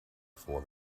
for